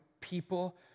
people